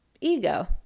ego